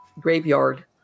graveyard